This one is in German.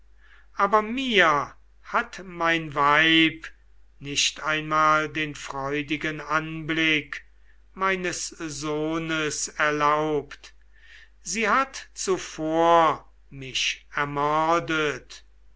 aber mir hat mein weib nicht einmal den freudigen anblick meines sohnes erlaubt sie hat zuvor mich ermordet